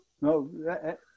No